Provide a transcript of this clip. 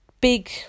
big